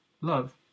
Love